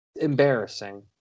embarrassing